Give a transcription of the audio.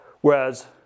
whereas